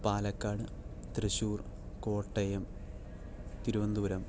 Palakkad Thrissur Kottayam Thiruvananthapuram